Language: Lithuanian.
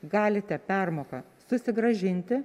galite permoką susigrąžinti